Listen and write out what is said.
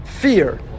fear